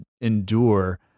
endure